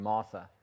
Martha